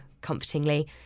comfortingly